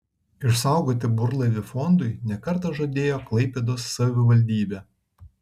išsaugoti burlaivį fondui ne kartą žadėjo klaipėdos savivaldybė